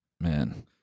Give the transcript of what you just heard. Man